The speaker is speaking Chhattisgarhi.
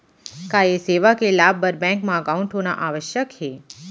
का ये सेवा के लाभ बर बैंक मा एकाउंट होना आवश्यक हे